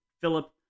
Philip